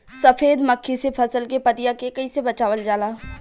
सफेद मक्खी से फसल के पतिया के कइसे बचावल जाला?